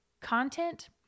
content